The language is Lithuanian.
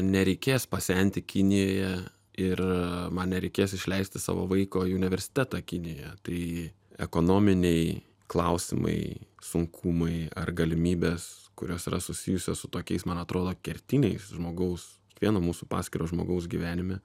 nereikės pasenti kinijoje ir man nereikės išleisti savo vaiko į universitetą kinijoje tai ekonominiai klausimai sunkumai ar galimybės kurios yra susijusios su tokiais man atrodo kertiniais žmogaus kiekvieno mūsų paskiro žmogaus gyvenime